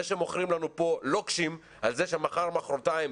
זה שמוכרים לנו פה לוקשים על זה שמחר או מוחרתיים,